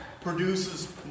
produces